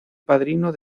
padrino